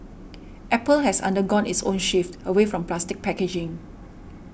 Apple has undergone its own shift away from plastic packaging